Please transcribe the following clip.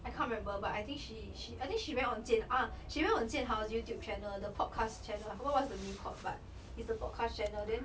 I can't remember but I think she she I think she went on jian ang ah she went on jianhao's youtube channel the podcast channel I forgot what's the name called but it's a podcast channel then